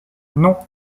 non